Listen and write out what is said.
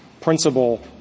principle